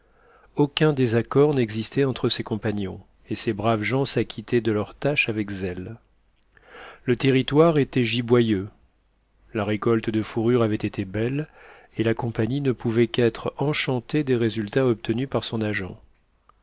aucun désaccord n'existait entre ses compagnons et ces braves gens s'acquittaient de leur tâche avec zèle le territoire était giboyeux la récolte de fourrures avait été belle et la compagnie ne pouvait qu'être enchantée des résultats obtenus par son agent